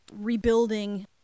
rebuilding